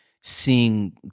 seeing